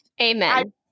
Amen